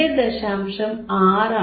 6 ആണ്